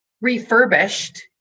refurbished